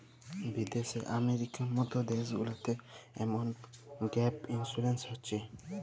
বিদ্যাশে আমেরিকার মত দ্যাশ গুলাতে এমল গ্যাপ ইলসুরেলস হছে